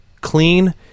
clean